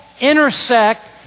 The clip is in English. intersect